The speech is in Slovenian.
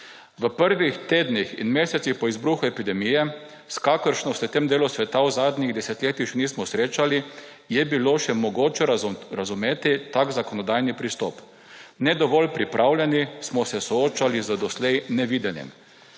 V prvih tednih in mesecih po izbruhu epidemije, s kakršno se v tem delu sveta v zadnjih desetletjih še nismo srečali, je bilo še mogoče razumeti tak zakonodajni pristop. Ne dovolj pripravljeni smo se soočali z doslej nevidenim.